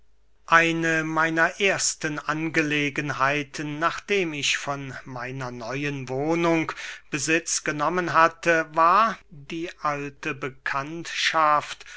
eine meiner ersten angelegenheiten nachdem ich von meiner neuen wohnung besitz genommen hatte war die alte bekanntschaft